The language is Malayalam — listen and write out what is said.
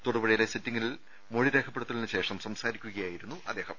തൊടുപുഴയില്ലി സിറ്റിംഗിൽ മൊഴി രേഖപ്പെടുത്തലിന് ശേഷം സംസാരിക്കുകൃയ്ായിരുന്നു അദ്ദേഹം